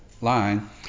line